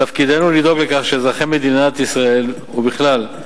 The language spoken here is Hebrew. תפקידנו לדאוג לכך שאזרחי מדינת ישראל ובכלל זה